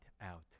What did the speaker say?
out